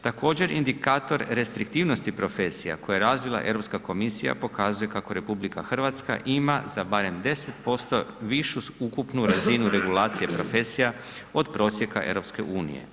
Također indikator restriktivnosti profesija koje je razvila Europska komisija pokazuje kako RH ima za barem 10% višu ukupnu razinu regulacije profesija od prosjeka EU.